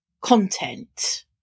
content